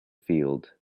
field